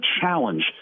challenge